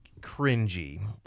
cringy